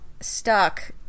stuck